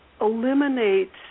eliminates